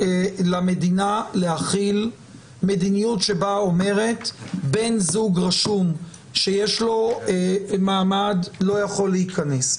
למדינה להכיל מדיניות שאומרת שבן זוג רשום שיש לו מעמד לא יכול להיכנס.